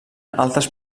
altes